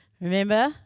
Remember